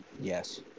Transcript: Yes